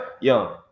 young